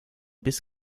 bis